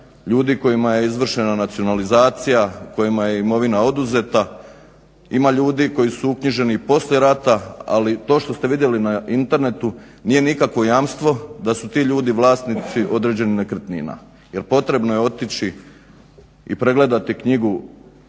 ljudi kojima je izvršena nacionalizacija, kojima je imovina oduzeta. Ima ljudi koji su uknjiženi i poslije rata, ali to što ste vidjeli na internetu nije nikakvo jamstvo da su ti ljudi vlasnici određenih nekretnina jer potrebno je otići i pregledati knjigu